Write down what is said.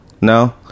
no